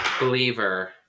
Believer